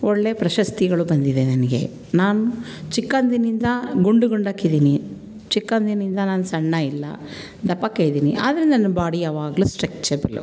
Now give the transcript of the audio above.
ಒಳ್ಳೆಯ ಪ್ರಶಸ್ತಿಗಳು ಬಂದಿದೆ ನನಗೆ ನಾನು ಚಿಕ್ಕಂದಿನಿಂದ ಗುಂಡು ಗುಂಡಿಟ್ಟಿದೀನಿ ಚಿಕ್ಕಂದಿನಿಂದ ನಾನು ಸಣ್ಣ ಇಲ್ಲ ದಪ್ಪಕ್ಕೆ ಇದ್ದೀನಿ ಆದರೂ ನನ್ನ ಬಾಡಿ ಯಾವಾಗ್ಲೂ ಸ್ಟ್ರೆಚ್ಚೆಬಲ್ಲು